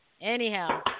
Anyhow